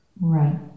Right